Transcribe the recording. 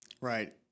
Right